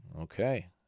Okay